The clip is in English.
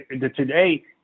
today